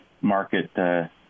market